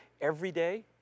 everyday